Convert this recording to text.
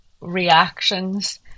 reactions